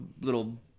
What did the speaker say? little